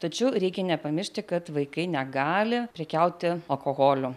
tačiau reikia nepamiršti kad vaikai negali prekiauti alkoholiu